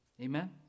Amen